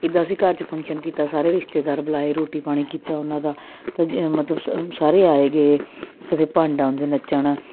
ਇੱਦਾਂ ਅਸੀਂ ਘਰ 'ਚ ਫੰਕਸ਼ਨ ਕੀਤਾ ਸਾਰੇ ਰਿਸ਼ਤੇਦਾਰ ਬੁਲਾਏ ਰੋਟੀ ਪਾਣੀ ਕੀਤਾ ਉਹਨਾਂ ਦਾ ਤਾਂ ਮਤਲਬ ਸ ਸਾਰੇ ਆਏ ਗਏ ਤਾਂ ਫਿਰ ਭੰਡ ਆਉਂਦੇ ਨੱਚਣ